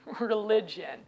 religion